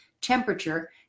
temperature